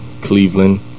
Cleveland